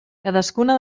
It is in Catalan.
cadascuna